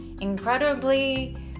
incredibly